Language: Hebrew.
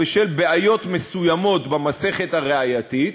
בשל בעיות מסוימות במסכת הראייתית,